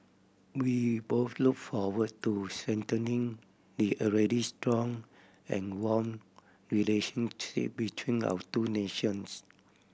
we both look forward to strengthening the already strong and warm relationship between our two nations